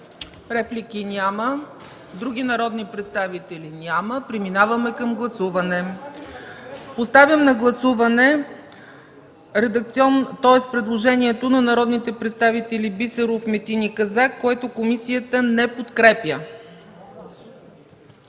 Реплики? Няма. Други народни представители? Няма. Преминаваме към гласуване. Поставям на гласуване предложението на народните представители Христо Бисеров, Митхат Метин и Четин Казак. Комисията не подкрепя